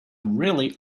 really